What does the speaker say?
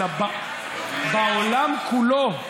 אלא בעולם כולו,